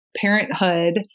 parenthood